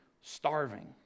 starving